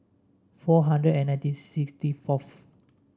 four hundred and ninety sixty fourth